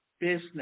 business